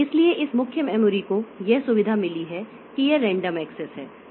इसलिए इस मुख्य मेमोरी को यह सुविधा मिली है कि यह रैंडम एक्सेस है